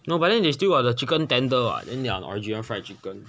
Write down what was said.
no but then they still got the chicken tender what then their original fried chicken